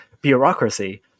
bureaucracy